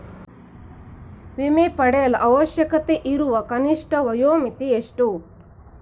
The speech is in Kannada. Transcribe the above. ವಿಮೆ ಪಡೆಯಲು ಅವಶ್ಯಕತೆಯಿರುವ ಕನಿಷ್ಠ ವಯೋಮಿತಿ ಎಷ್ಟು?